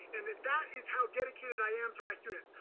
and that is how dedicated i am to my students.